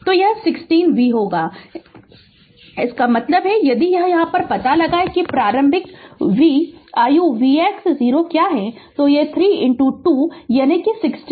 तो यह 60 V होगा इसका मतलब है कि यदि यह पता लगाना है कि प्रारंभिक V आयु vx 0 क्या है तो यह 3 20 यानी 60 V